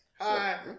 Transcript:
Hi